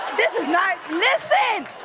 this is not, listen!